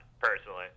personally